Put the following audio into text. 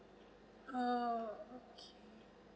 oh okay